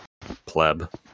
Pleb